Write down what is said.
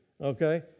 okay